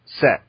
set